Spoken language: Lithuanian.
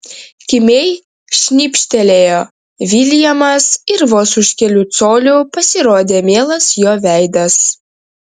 kimiai šnibžtelėjo viljamas ir vos už kelių colių pasirodė mielas jo veidas